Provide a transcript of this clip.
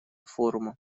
форума